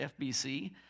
FBC